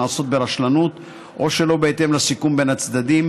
נעשות ברשלנות או שלא בהתאם לסיכום בין הצדדים,